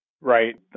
Right